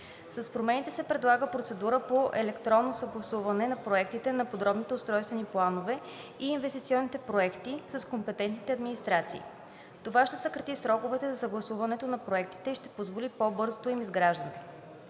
С промените се предлага процедура по електронно съгласуване на проектите на подробните устройствени планове и инвестиционните проекти с компетентните администрации. Това ще съкрати сроковете за съгласуването на проектите и ще позволи по бързото им изграждане.